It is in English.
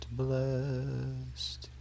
blessed